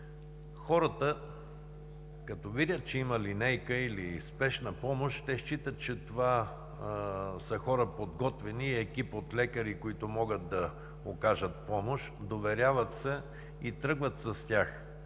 хората, като видят, че има линейка или спешна помощ, те считат, че това са подготвени хора и екип от лекари, които могат да окажат помощ, доверяват се и тръгват с тях.